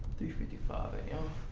three fifty five a m.